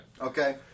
Okay